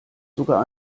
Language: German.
sogar